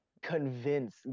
convince